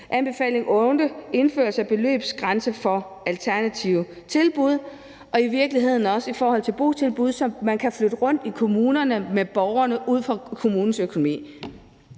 Anbefaling 8 er »Indførelse af beløbsgrænse for alternative tilbud«, og det er i virkeligheden også i forhold til botilbud, så man i kommunerne kan flytte rundt med borgerne ud fra kommunens økonomi.